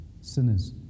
sinners